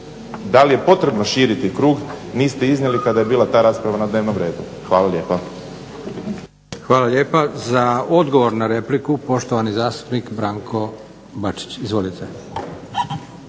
da li je potrebno širiti krug niste iznijeli kada je bila ta rasprava na dnevnom redu. Hvala lijepa. **Leko, Josip (SDP)** Hvala lijepa. Za odgovor na repliku poštovani zastupnik Branko Bačić. Izvolite.